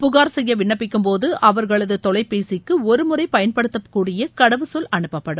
புகார் செய்ய விண்ணப்பிக்கும்போது அவர்கள்து தொலைபேசிக்கு ஒருமுறை பயன்படுத்தக்கூடிய கடவுச் சொல் அனுப்பப்படும்